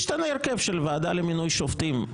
ישתנה ההרכב של הוועדה למינוי שופטים.